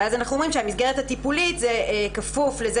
ואז אנחנו אומרים שהמסגרת הטיפולית כפופה לכך